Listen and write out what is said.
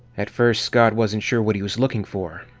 at first, scott wasn't sure what he was looking for.